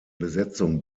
besetzung